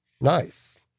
Nice